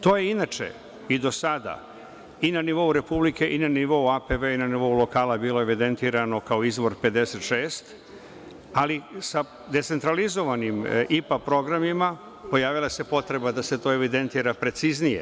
To je inače, i do sada, i na nivou Republike, i na nivou APV i na nivou lokala bilo evidentirano kao izvor 56, ali sa decentralizovanim IPA programima, pojavila se potreba da se to evidentira preciznije.